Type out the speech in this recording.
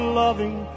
loving